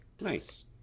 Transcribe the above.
Nice